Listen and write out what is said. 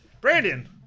brandon